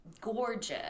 gorgeous